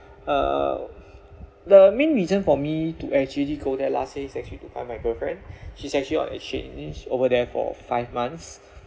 uh the main reason for me to actually go there last year it's actually to find my girlfriend she's actually on exchange over there for five months